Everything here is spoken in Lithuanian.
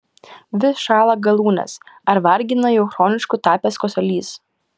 vis šąla galūnės ar vargina jau chronišku tapęs kosulys